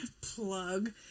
Plug